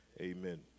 amen